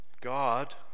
God